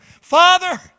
Father